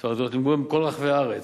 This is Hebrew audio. למגורים בכל רחבי הארץ.